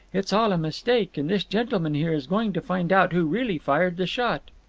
it's all a mistake, and this gentleman here is going to find out who really fired the shot.